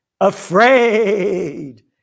Afraid